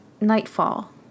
Nightfall